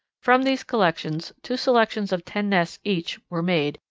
from these collections two selections of ten nests each were made,